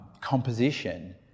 composition